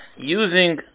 Using